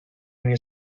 ari